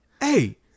hey